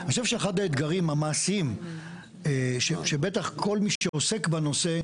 אני חושב שאחד האתגרים המעשיים שבטח כל מי שעוסק בנושא,